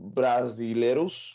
brasileiros